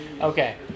Okay